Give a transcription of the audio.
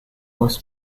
was